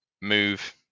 move